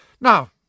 Now